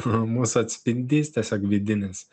mūsų atspindys tiesiog vidinis